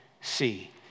see